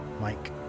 Mike